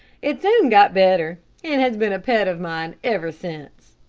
it soon got better, and has been a pet of mine ever since.